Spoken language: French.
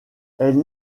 elle